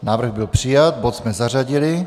Tento návrh byl přijat, bod jsme zařadili.